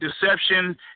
deception